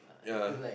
ya